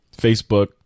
Facebook